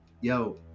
yo